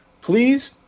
please